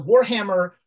Warhammer